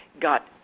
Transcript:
got